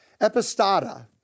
epistata